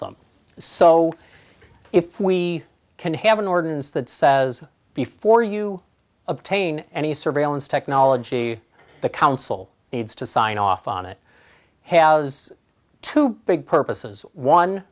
them so if we can have an ordinance that says before you obtain any surveillance technology the council needs to sign off on it has two big purposes one